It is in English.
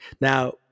Now